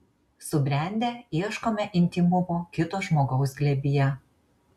subrendę ieškome intymumo kito žmogaus glėbyje